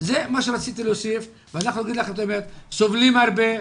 אנחנו סובלים הרבה,